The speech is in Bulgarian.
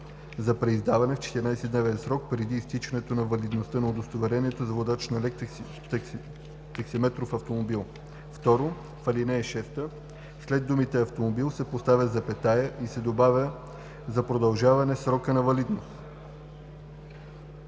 за преиздаване в 14-дневен срок преди изтичането на валидността на удостоверението за водач на лек таксиметров автомобил.“ 2. В ал. 6 след думата „автомобил“ се поставя запетая и се добавя „за продължаване срока на валидност“.“